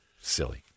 silly